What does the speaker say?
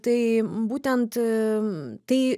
tai būtent tai